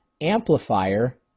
Amplifier